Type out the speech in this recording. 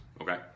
Okay